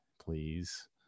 please